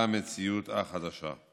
למציאות החדשה.